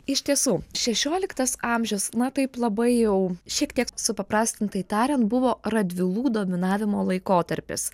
iš tiesų šešioliktas amžius na taip labai jau šiek tiek supaprastintai tariant buvo radvilų dominavimo laikotarpis